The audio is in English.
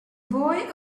boy